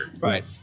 Right